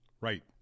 Right